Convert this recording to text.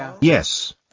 Yes